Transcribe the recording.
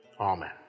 Amen